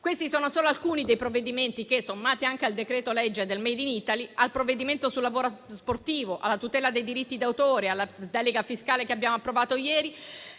Questi sono solo alcuni dei provvedimenti che, sommati anche al decreto-legge sul *made in* *Italy*, al provvedimento sul lavoro sportivo, alla tutela dei diritti d'autore e alla delega fiscale che abbiamo approvato ieri,